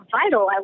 vital